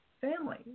family